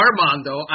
Armando